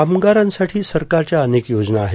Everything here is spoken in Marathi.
कामगारांसाठी सरकारच्या अनेक योजना आहेत